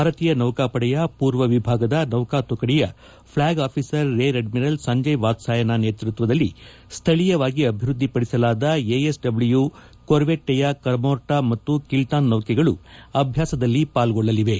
ಭಾರತೀಯ ನೌಕಾಪಡೆಯ ಪೂರ್ವ ವಿಭಾಗದ ಸೌಕಾ ತುಕಡಿಯ flag officer rear admiral Sanjay Vatsayan ನೇತೃತ್ವದಲ್ಲಿ ಸ್ಥಳೀಯವಾಗಿ ಅಭಿವೃದ್ಧಿಪಡಿಸಲಾದ ಎಎಸ್ಡಬ್ಲ್ಯೂ ಕೊರ್ವೆಟ್ಟೆಯ ಕಮೋರ್ಟಾ ಮತ್ತು ಕಿಲ್ಟಾನ್ ನೌಕೆಗಳು ಅಭ್ಯಾಸದಲ್ಲಿ ಪಾಲ್ಗೊಳ್ಳಲಿವೆ